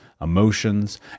emotions